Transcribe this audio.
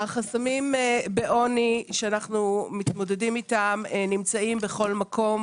החסמים בעוני שאנחנו מתמודדים איתם נמצאים בכל מקום.